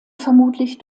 vermutlich